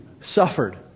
suffered